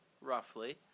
roughly